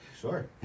Sure